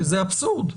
שזה אבסורד.